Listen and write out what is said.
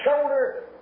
shoulder